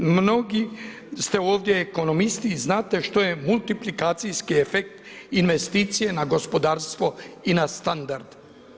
Mnogi ste ovdje ekonomisti i znate što je multiplikacijski efekt investicije na gospodarstvo i na standard.